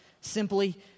simply